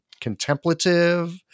contemplative